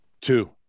Two